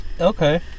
Okay